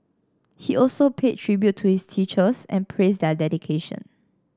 he also paid tribute to his teachers and praised their dedication